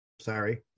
Sorry